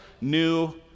new